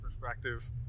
perspective